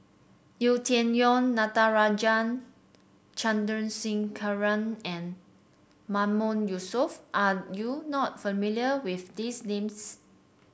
Yau Tian Yau Natarajan Chandrasekaran and Mahmood Yusof are you not familiar with these names